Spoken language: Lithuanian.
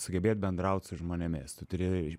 sugebėt bendraut su žmonėmis tu turi